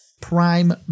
prime